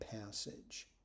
passage